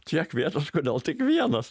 tiek vietos kodėl tik vienas